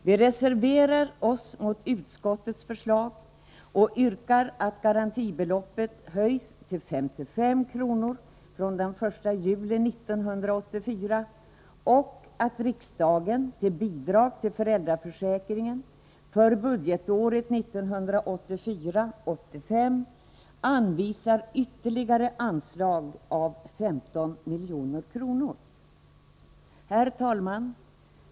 Vi reserverar oss mot utskottets förslag och yrkar att garantibeloppet höjs till 55 kr. från den 1 juli 1984 och att riksdagen till Bidrag till föräldraförsäkringen för budgetåret 1984/85 anvisar ytterligare anslag om 15 milj.kr. Herr talman!